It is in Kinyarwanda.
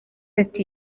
ati